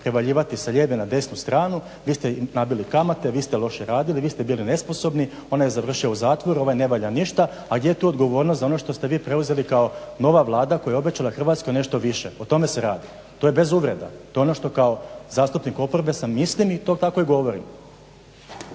prevaljivati sa lijeve na desnu stranu. Vi ste nabili kamate, vi ste loše radili, vi ste bili nesposobni. Onaj je završio u zakonu, ovaj ne valja ništa. A gdje je tu odgovornost za ono što ste vi preuzeli kao nova Vlada koja je obećala Hrvatskoj nešto više? O tome se radi. To je bez uvreda, to je ono što kao zastupnik oporbe sam mislim i to tako i govorim.